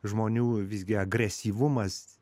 žmonių visgi agresyvumas